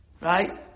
Right